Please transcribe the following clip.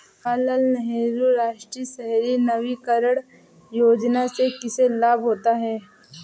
जवाहर लाल नेहरू राष्ट्रीय शहरी नवीकरण योजना से किसे लाभ होता है?